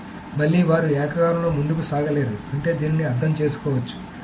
కాబట్టి మళ్లీ వారు ఏకకాలంలో ముందుకు సాగలేరు అంటే దీనిని అర్థం చేసుకోవచ్చు